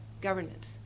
government